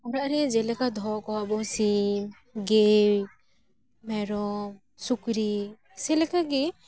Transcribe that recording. ᱚᱲᱟᱜ ᱨᱮ ᱡᱮᱞᱮᱠᱟ ᱫᱚᱦᱚ ᱠᱚᱣᱟ ᱵᱚ ᱥᱤᱢ ᱜᱮᱣ ᱢᱮᱨᱚᱢ ᱥᱩᱠᱨᱤ ᱥᱮᱞᱮᱠᱟ ᱜᱮ